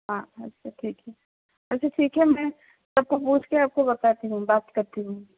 हाँ अच्छा ठीक है वैसे ठीक है मैं सबको पूछकर आपको बताती हूँ बात करती हूँ